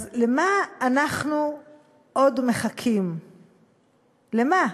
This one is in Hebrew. אז למה אנחנו עוד מחכים, למה?